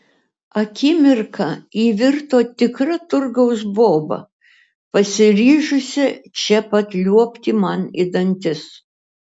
akimirką ji virto tikra turgaus boba pasiryžusia čia pat liuobti man į dantis